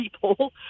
people